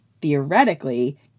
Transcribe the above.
theoretically